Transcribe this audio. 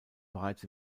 bereits